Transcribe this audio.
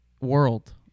world